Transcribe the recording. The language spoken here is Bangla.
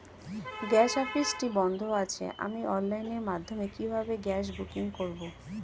গ্যাস অফিসটি বন্ধ আছে আমি অনলাইনের মাধ্যমে কিভাবে গ্যাস বুকিং করব?